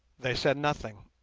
they said nothing,